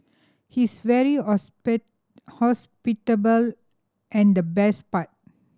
he's very hospitable and the best part